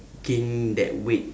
gain that weight